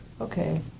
okay